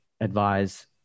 advise